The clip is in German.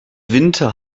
winter